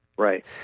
Right